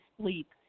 sleep